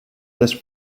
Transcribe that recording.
this